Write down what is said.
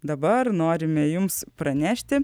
dabar norime jums pranešti